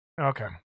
Okay